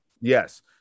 yes